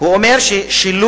הוא אומר ששילוב